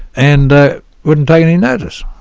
and ah wouldn't take any notice.